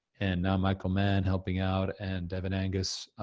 and now michael mann, helping out and devin angus,